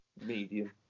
medium